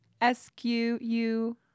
S-Q-U